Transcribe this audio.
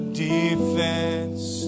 defense